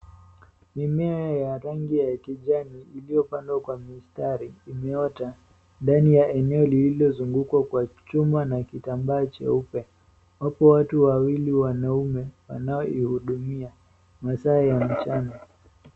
Mimea ya rangi ya kijani iliyopangwa kwa mistari imeota ndani ya eneo lililozungukwa kwa chuma na kitambaa cheupe ambapo watu wawili wanaume wanayoihudumia masaa ya mchana.